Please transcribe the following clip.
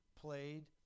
played